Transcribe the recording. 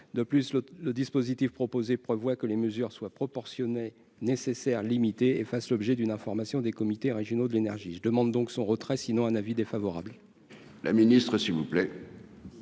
de plus le le dispositif proposé prévoit que les mesures soient proportionnées nécessaire limitée et fasse l'objet d'une information des comités régionaux de l'énergie, je demande donc son retrait sinon un avis défavorable. La Ministre, s'il vous plaît.